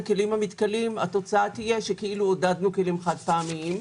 כלים מתכלים זהה לרכישת כלים חד-פעמיים.